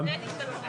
אני יכול לדבר על